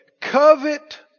Covet